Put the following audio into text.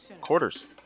quarters